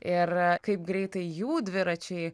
ir kaip greitai jų dviračiai